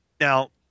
now